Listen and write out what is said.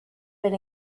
been